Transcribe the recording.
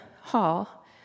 hall